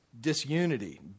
disunity